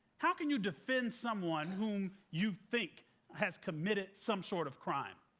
how can you defend someone whom you think has committed some sort of crime?